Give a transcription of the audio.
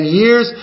years